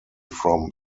from